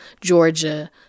Georgia